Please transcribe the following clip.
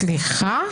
סליחה?